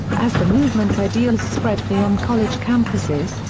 as the movement's ideals spread beyond college campuses,